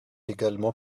également